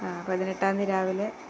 ആ പതിനെട്ടാം തീയതി രാവിലെ